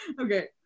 Okay